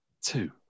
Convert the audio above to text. two